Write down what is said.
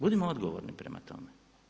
Budimo odgovorni prema tome.